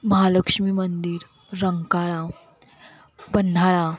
महालक्ष्मी मंदिर रंकाळा पन्हाळा